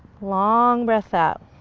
long breath out.